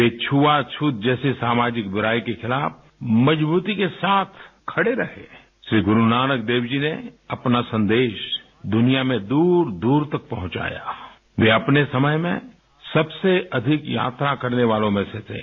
वे छुआ छूत जैसे सामाजिक बुराई के खिलाफ मजबूती के साथ खड़े रहे श्री गुरुनानक देव जी ने अपना सन्देश दुनिया में दूर दूर तक पहुँचाया वे अपने समय में सबसे अधिक यात्रा करने वालों मेँ से थे